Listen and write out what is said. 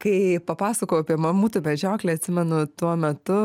kai papasakojau apie mamutų medžioklę atsimenu tuo metu